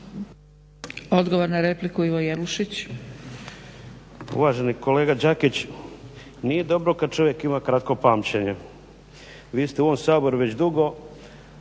Odgovor na repliku, Ivo Jelušić. **Jelušić, Ivo (SDP)** Uvaženi kolega Đakić, nije dobro kad čovjek ima kratko pamćenje. Vi ste u ovom Saboru već dugo,